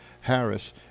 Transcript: Harris